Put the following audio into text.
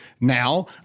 Now